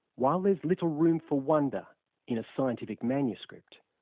while there's little room for wonder in a scientific manuscript,